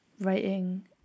writing